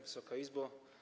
Wysoka Izbo!